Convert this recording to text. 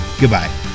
Goodbye